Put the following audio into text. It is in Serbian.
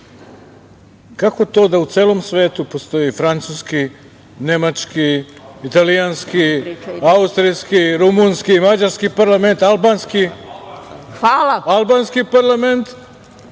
kako to da u celom svetu ne postoji francuski, nemački, italijanski, austrijski, rumunski, mađarski parlament, albanski parlament,